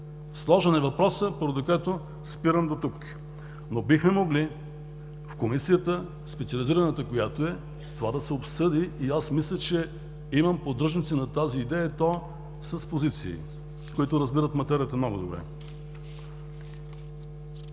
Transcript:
Сложен е въпросът, поради което спирам до тук. Бихме могли в специализираната Комисия това да се обсъди. Мисля, че имам поддръжници на тази идея, и то с позиции, които разбират материята много добре.